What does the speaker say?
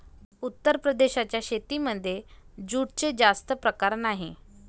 उत्तर प्रदेशाच्या शेतीमध्ये जूटचे जास्त प्रकार नाही